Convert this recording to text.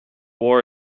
war